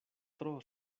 tro